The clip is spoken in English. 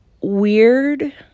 weird